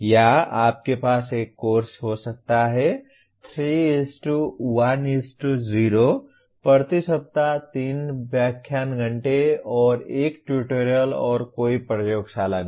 या आपके पास एक कोर्स हो सकता है 3 1 0 प्रति सप्ताह 3 व्याख्यान घंटे और 1 ट्यूटोरियल और कोई प्रयोगशाला नहीं